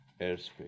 airspace